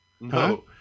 No